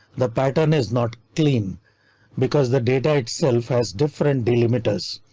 the pattern is not clean because the data itself has different delimiters.